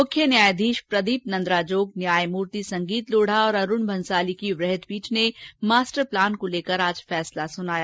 मुख्य न्यायाधीश प्रदीप नंद्राजोग न्यायमूर्ति संगीत लोढ़ा और अरुण भंसाली की वृहदपीठ ने मास्टर प्लान को लेकर आज फैसला सुनाया